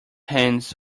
hands